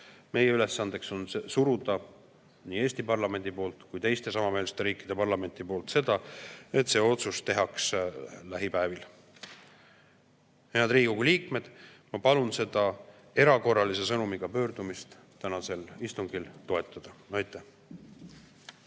Meie ülesanne on suruda nii Eesti parlamendi poolt kui ka teiste samameelsete riikide parlamentide poolt seda, et see otsus tehakse lähipäevil. Head Riigikogu liikmed, ma palun seda erakorralise sõnumiga pöördumist tänasel istungil toetada. Aitäh!